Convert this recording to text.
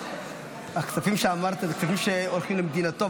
הכספים שהעברת הם כספים שהולכים למדינתו,